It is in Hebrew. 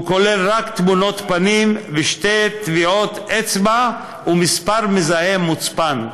הוא כולל רק תמונות פנים ושתי טביעות אצבע ומספר מזוהה מוצפן,